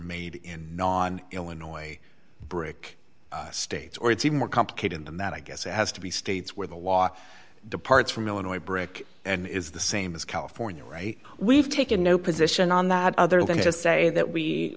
made in non illinois brick states or it's even more complicated than that i guess it has to be states where the law departs from illinois brick and is the same as california right we've taken no position on that other than just say that we